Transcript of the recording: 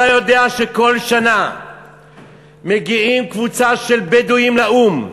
אתה יודע שכל שנה מגיעים קבוצה של בדואים לאו"ם,